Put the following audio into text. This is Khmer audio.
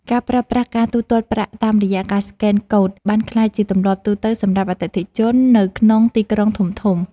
ការប្រើប្រាស់ការទូទាត់ប្រាក់តាមរយៈការស្កេនកូដបានក្លាយជាទម្លាប់ទូទៅសម្រាប់អតិថិជននៅក្នុងទីក្រុងធំៗ។